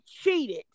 cheated